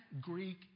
Greek